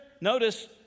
Notice